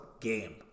game